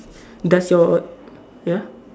does your ya